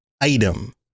item